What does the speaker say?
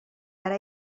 ara